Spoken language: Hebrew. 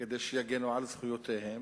כדי שיגנו על זכויותיהם